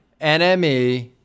NME